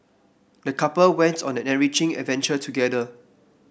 the couple went on an enriching adventure together